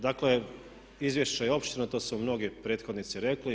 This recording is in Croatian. Dakle, izvješće je opširno, to su mnogi prethodnici rekli.